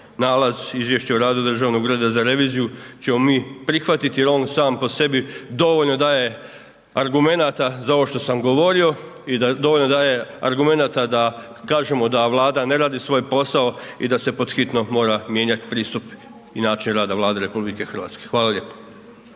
nalaz, izvješće o radu Državnog ureda za reviziju ćemo mi prihvatiti jer je on sam po sebi dovoljno daje argumenata za ovo što sam govorio i da dovoljno daje argumenata da kažemo da Vlada ne radi svoj posao i da se pod hitno mora mijenjati pristup i način rada Vlade RH. Hvala lijepo.